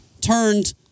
turned